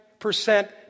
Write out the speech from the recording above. percent